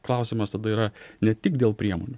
klausimas tada yra ne tik dėl priemonių